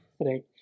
right